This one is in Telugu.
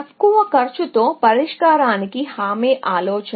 తక్కువ కాస్ట్ తో పరిష్కారానికి హామీ ఎలా అనేది ఇప్పుడు మన ఆలోచన